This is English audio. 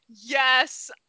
Yes